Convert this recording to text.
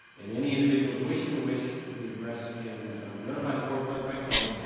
and any individuals wishing to wish the address can notify the board clerk by phone,